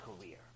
career